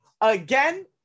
again